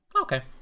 Okay